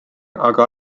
aga